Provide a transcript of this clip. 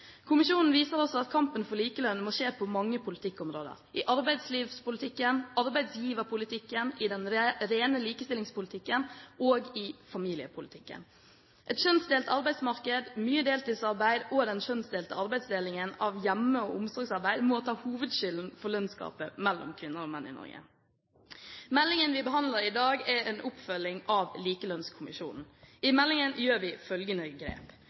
Kommisjonen viser også at kampen for likelønn må skje på mange politikkområder: i arbeidslivspolitikken, i arbeidsgiverpolitikken, i den rene likestillingspolitikken og i familiepolitikken. Et kjønnsdelt arbeidsmarked, mye deltidsarbeid og den kjønnsdelte arbeidsdelingen av hjemme- og omsorgsarbeid må ta hovedskylden for lønnsgapet mellom kvinner og menn i Norge. Meldingen vi behandler i dag, er en oppfølging av Likelønnskommisjonen. I meldingen gjør vi følgende grep: